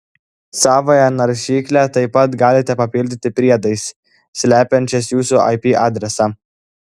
savąją naršyklę taip pat galite papildyti priedais slepiančiais jūsų ip adresą